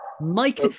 Mike